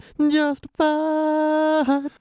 justified